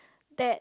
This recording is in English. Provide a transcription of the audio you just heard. dad